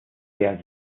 der